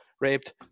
raped